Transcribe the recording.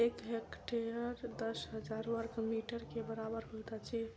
एक हेक्टेयर दस हजार बर्ग मीटर के बराबर होइत अछि